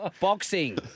Boxing